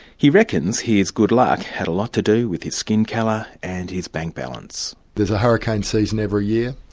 he reckons his good luck had a lot to do with his skin colour and his bank balance. there's a hurricane season every year,